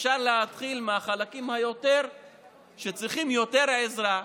אפשר להתחיל מהחלקים שצריכים יותר עזרה,